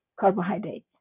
carbohydrates